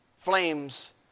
flames